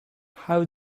how